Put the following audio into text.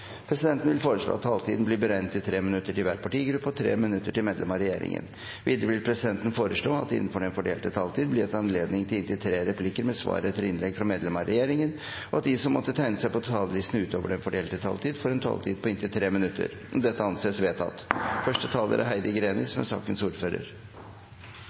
Presidenten vil foreslå at taletiden blir begrenset til 3 minutter til hver partigruppe og 3 minutter til medlemmer av regjeringen. Videre vil presidenten foreslå at det – innenfor den fordelte taletid – blir gitt anledning til replikkordskifte på inntil tre replikker med svar etter innlegg fra medlemmer av regjeringen, og at de som måtte tegne seg på talerlisten utover den fordelte taletid, får en taletid på inntil 3 minutter. – Dette anses vedtatt. Saksordførar Keshvari er